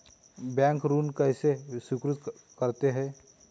Bank ऋण कैसे स्वीकृत करते हैं?